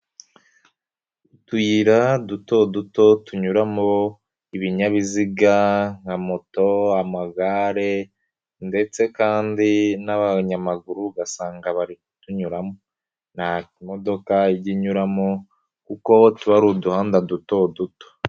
Utuyira duto duto tunyuramo ibinyabiziga nka moto, amagare ndetse kandi n'abanyamaguru, ugasanga bari kutunyuramo. Nta modoka ijya inyuramo kuko tuba ari uduhanda duto duto.